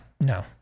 no